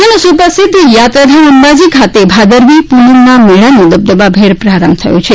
રાજ્યનું સુપ્રસિધ્ધ યાત્રાધામ અંબાજી ખાતે ભાદરવી પૂનમનો મેળાનું દબદબાભેર પ્રારંભ થયો છે